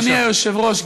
אדוני היושב-ראש,